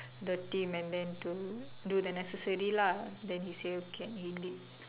the team and then to do the necessary lah then he say okay he did